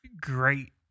great